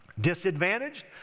Disadvantaged